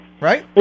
Right